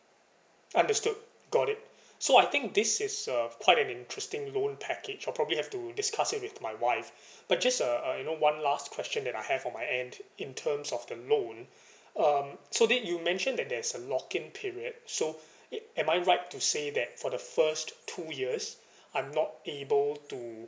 understood got it so I think this is a quite an interesting loan package I'll probably have to discuss it with my wife but just uh uh you know one last question that I have on my end in terms of the loan um so did you mentioned that there is a lock in period so am I right to say that for the first two years I'm not able to